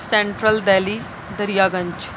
central Delhi Darya Ganj